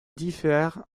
diffèrent